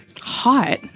Hot